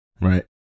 Right